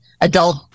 adult